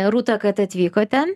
rūta kad atvykote